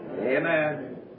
Amen